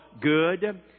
good